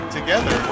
together